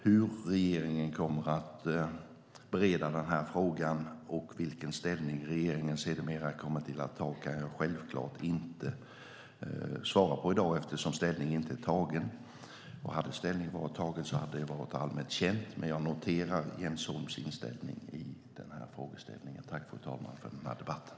Hur regeringen kommer att bereda den här frågan och vilken ställning regeringen sedermera kommer att ta kan jag självklart inte svara på i dag eftersom ställning inte är tagen. Hade ställning varit tagen hade det varit allmänt känt. Men jag noterar Jens Holms inställning i den här frågeställningen. Tack, fru talman, för den här debatten!